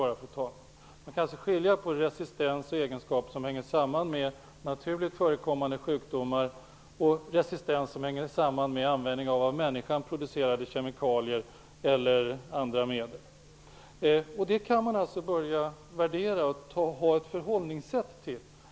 Man skall alltså skilja mellan en resistens och en egenskap som hänger samman med naturligt förekommande sjukdomar och en resistens som hänger samman med användningen av kemikalier som producerats av människan, eller av andra medel. Den värderingen kan påbörjas. Det kan man alltså ha ett förhållningssätt till.